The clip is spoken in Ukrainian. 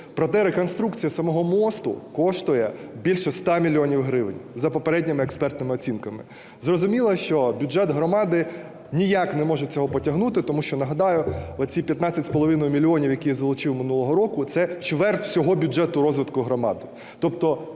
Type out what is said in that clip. Проте реконструкція самого мосту коштує більше 100 мільйонів гривень за попередніми експертними оцінками. Зрозуміло, що бюджет громади ніяк не може цього потягнути. Тому що, нагадаю, оці 15,5 мільйона, які я залучив минулого року, – це чверть всього бюджету розвитку громад, тобто